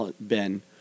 Ben